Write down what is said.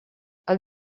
els